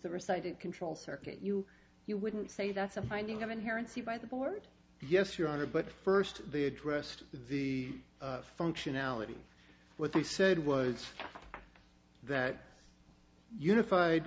the recited control circuit you you wouldn't say that's a finding of inherent c by the board yes your honor but first they addressed the functionality what they said was that unified